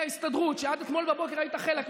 ההסתדרות שעד אתמול בבוקר היית חלק ממנה,